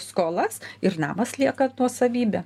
skolas ir namas lieka nuosavybe